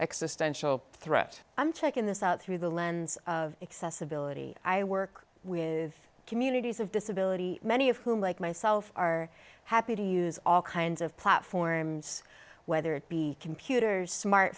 existential threat i'm taking this out through the lens of accessibility i work with communities of disability many of whom like myself are happy to use all kinds of platforms whether it be computers smart